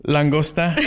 Langosta